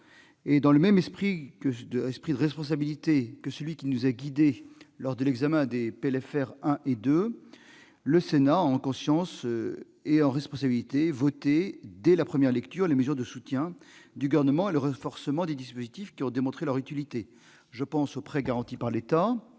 -et dans le même esprit que celui qui nous a guidés lors du vote des PLFR 1 et 2, le Sénat a, en conscience et responsabilité, voté, dès la première lecture, les mesures de soutien du Gouvernement et le renforcement des dispositifs qui ont démontré leur utilité : prêts garantis par l'État,